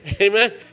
Amen